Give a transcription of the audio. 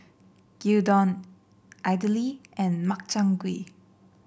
Gyudon Idili and Makchang Gui